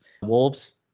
Wolves